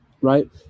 right